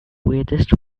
weirdest